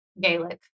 Gaelic